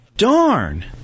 Darn